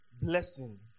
blessing